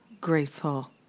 grateful